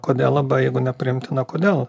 kodėl labai jeigu nepriimtina kodėl